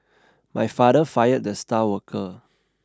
my father fired the star worker